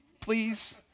please